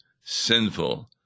sinful